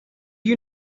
you